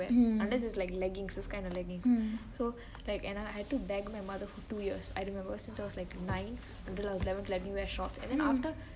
unless it's like leggings this kind of leggings so I had to beg my mother for two years I don't know ever since I was nine until I was like eleven to let me wear shorts and after